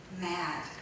mad